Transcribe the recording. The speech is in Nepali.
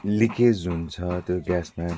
लिकेज हुन्छ त्यो ग्यासमा